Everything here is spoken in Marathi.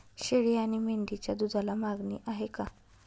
शेळी आणि मेंढीच्या दूधाला मागणी आहे का?